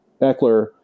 Eckler